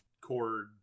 cord